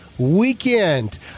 weekend